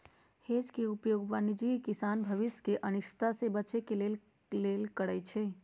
hedge के उपयोग वाणिज्यिक किसान भविष्य के अनिश्चितता से बचे के लेल करइ छै